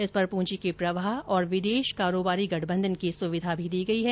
इस पर पूंजी के प्रवाह और विदेश कारोबारी गठबंधन की सुविधा भी दी गई है